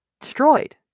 destroyed